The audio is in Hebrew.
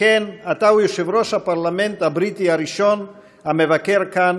שכן אתה הוא יושב-ראש הפרלמנט הבריטי הראשון המבקר כאן,